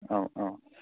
औ औ